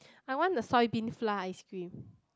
I want the soy bean flour ice cream